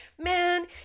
man